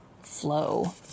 flow